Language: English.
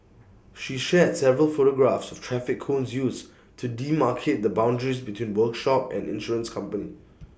she shared several photographs of traffic cones used to demarcate the boundaries between workshop and insurance company